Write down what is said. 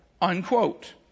unquote